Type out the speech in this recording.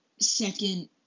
second